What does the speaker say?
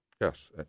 Yes